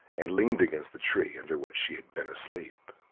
and leaned against the tree under which she had been asleep.